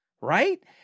right